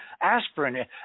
aspirin